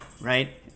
Right